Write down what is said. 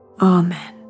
Amen